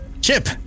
Chip